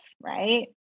Right